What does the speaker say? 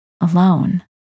alone